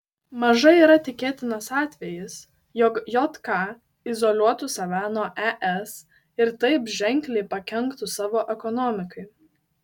mažai yra tikėtinas atvejis jog jk izoliuotų save nuo es ir taip ženkliai pakenktų savo ekonomikai